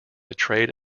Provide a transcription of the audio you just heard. trade